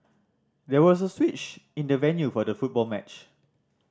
there was a switch in the venue for the football match